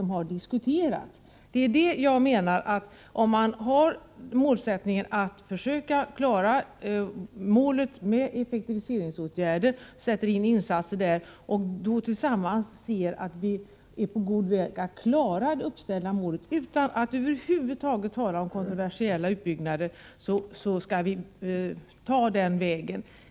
Om man har den föresatsen att man skall försöka klara målet med effektiviseringsåtgärder och sätter in insatser på det området, och om man tillsammans ser att vi är på god väg att klara det uppställda målet utan att över huvud taget tala om kontroversiella utbyggnader, menar jag att man bör välja den vägen.